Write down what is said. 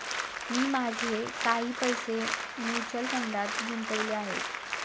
मी माझे काही पैसे म्युच्युअल फंडात गुंतवले आहेत